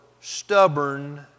stubborn